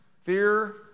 Fear